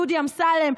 דודי אמסלם,